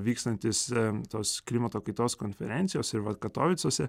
vykstantys gamtos klimato kaitos konferencijos ir vat katovicuose